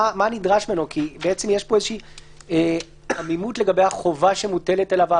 כי יש פה עמימות לגבי החובה הפוזיטיבית שמוטלת עליו.